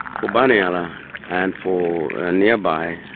for bunyala and for nearby,